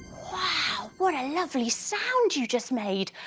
wow! what a lovely sound you just made!